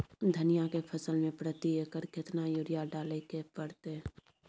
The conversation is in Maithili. धनिया के फसल मे प्रति एकर केतना यूरिया डालय के परतय?